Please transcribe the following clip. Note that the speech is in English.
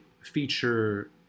feature